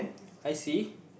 I see